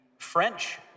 French